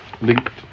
linked